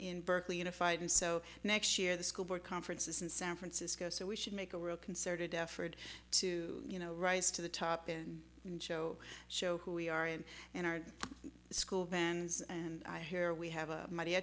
berkeley unified and so next year the school board conference is in san francisco so we should make a real concerted effort to you know rise to the top in and show show who we are and in our school bands and i hear we have